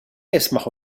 يسمح